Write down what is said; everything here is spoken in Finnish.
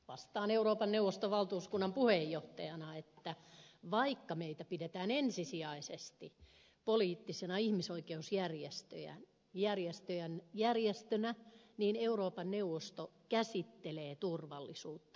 ahteelle euroopan neuvoston valtuuskunnan puheenjohtajana että vaikka meitä pidetään ensisijaisesti poliittisena ihmisoikeusjärjestönä niin euroopan neuvosto käsittelee turvallisuutta myös